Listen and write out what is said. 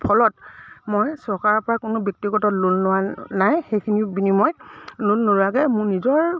ফলত মই চৰকাৰৰ পৰা কোনো ব্যক্তিগত লোন লোৱা নাই সেইখিনি বিনিময়ত লোন নোলোৱাকৈ মোৰ নিজৰ